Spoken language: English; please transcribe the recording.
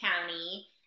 County